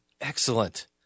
Excellent